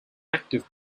active